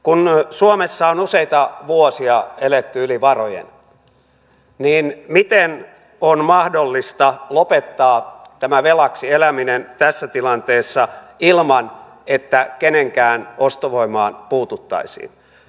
kun suomessa on useita vuosia eletty yli varojen miten on mahdollista lopettaa tämä velaksi eläminen tässä tilanteessa ilman että kenenkään ostovoimaan puututtaisiin